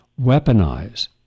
weaponize